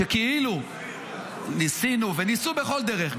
שכאילו ניסינו וניסו בכל דרך,